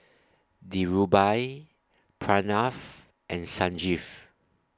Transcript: Dhirubhai Pranav and Sanjeev